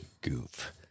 goof